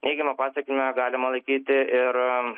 neigiama pasekme negalima laikyti ir